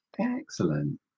Excellent